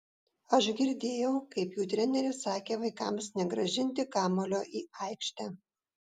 aš girdėjau kaip jų treneris sakė vaikams negrąžinti kamuolio į aikštę